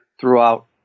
throughout